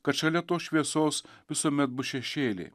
kad šalia tos šviesos visuomet bus šešėliai